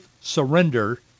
surrender